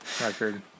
record